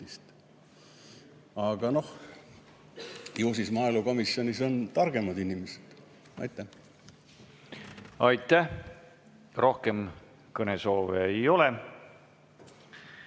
Aga noh, ju siis maaelukomisjonis on targemad inimesed. Aitäh! Aitäh! Rohkem kõnesoove ei ole.